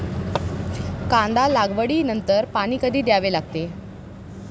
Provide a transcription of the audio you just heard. कांदा लागवडी नंतर पाणी कधी द्यावे लागते?